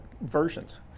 versions